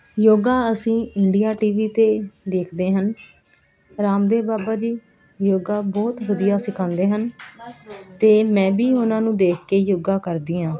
ਯੋਗਾ ਅਸੀਂ India TV ਵੀ 'ਤੇ ਦੇਖਦੇ ਹਨ ਰਾਮਦੇਵ ਬਾਬਾ ਜੀ ਯੋਗਾ ਬਹੁਤ ਵਧੀਆ ਸਿਖਾਉਂਦੇ ਹਨ ਅਤੇ ਮੈਂ ਵੀ ਉਹਨਾਂ ਨੂੰ ਦੇਖ ਕੇ ਯੋਗਾ ਕਰਦੀ ਹਾਂ